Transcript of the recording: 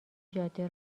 جاده